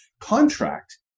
contract